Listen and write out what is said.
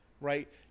right